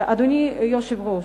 אדוני היושב-ראש,